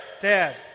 Dad